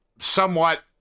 somewhat